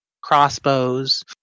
crossbows